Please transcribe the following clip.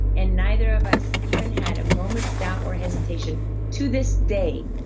and neither of us even had a moment's doubt or hesitation to this day,